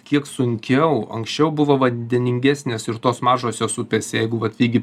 kiek sunkiau anksčiau buvo vandeningesnės ir tos mažosios upės jeigu vat vygi